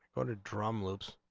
on a drum loops